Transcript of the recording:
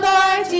Lord